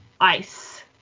ice